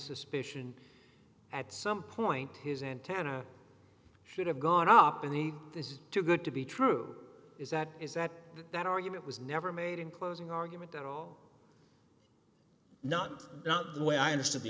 suspicion at some point his antenna should have gone up in the this is too good to be true is that is that that argument was never made in closing argument that all not not the way i understood the